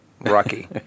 Rocky